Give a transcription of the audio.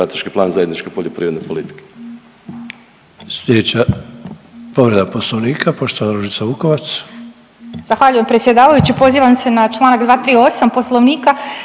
cilj zajedničke poljoprivredne politike